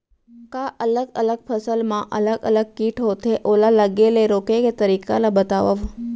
का अलग अलग फसल मा अलग अलग किट होथे, ओला लगे ले रोके के तरीका ला बतावव?